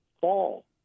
fall